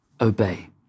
obey